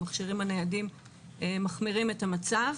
המכשירים הניידים מחמירים את המצב.